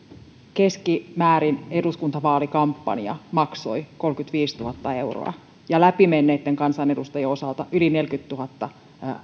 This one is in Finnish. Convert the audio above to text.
keskimäärin eduskuntavaalikampanja maksoi kolmekymmentäviisituhatta euroa ja läpi menneitten kansanedustajien osalta yli neljäkymmentätuhatta